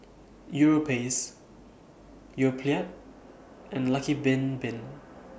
Europace Yoplait and Lucky Bin Bin